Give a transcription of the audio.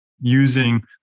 using